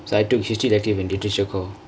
so I took history elective and literature core